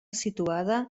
situada